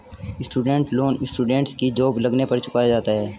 student loan students की job लगने पर चुकाया जाता है